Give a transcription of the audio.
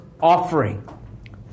offering